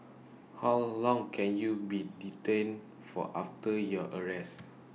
how long can you be detained for after your arrest